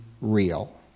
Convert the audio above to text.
real